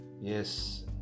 Yes